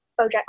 BoJack